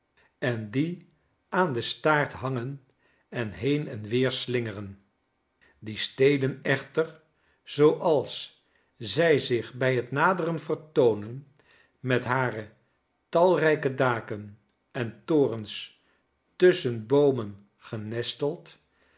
en die aan den staart hangen en heen en weer slingeren die steden echter zooals zy zich bij het naderen vertoonen met hare talrijke daken en torens tusschen